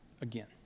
again